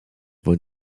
von